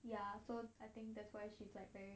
ya so I think that's why she's like very